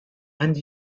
and